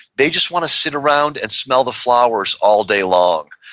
they just want to sit around and smell the flowers all day long.